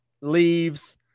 leaves